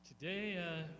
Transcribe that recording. Today